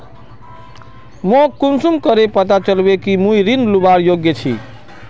मोक कुंसम करे पता चलबे कि मुई ऋण लुबार योग्य छी?